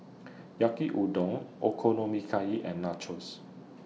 Yaki Udon Okonomiyaki and Nachos